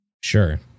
Sure